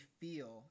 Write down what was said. feel